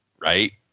Right